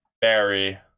Barry